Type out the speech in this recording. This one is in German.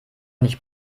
nicht